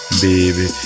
baby